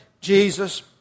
Jesus